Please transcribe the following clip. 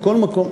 בכל מקום,